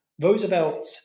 Roosevelt